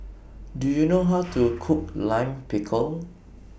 Do YOU know How to Cook Lime Pickle